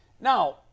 Now